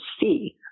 see